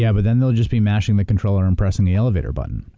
yeah but then they'll just be mashing the controlling and pressing the elevator button.